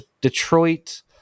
Detroit